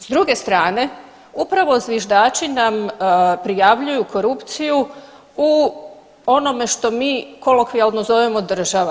S druge strane upravo zviždači nam prijavljuju korupciju u onome što mi kolokvijalno zovemo država.